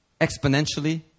exponentially